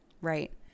right